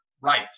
right